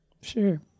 Sure